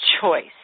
choice